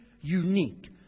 unique